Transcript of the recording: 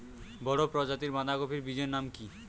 বড় প্রজাতীর বাঁধাকপির বীজের নাম কি?